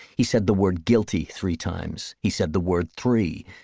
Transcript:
he said the word guilty three times, he said the word three,